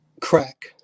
crack